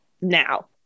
now